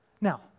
Now